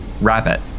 Rabbit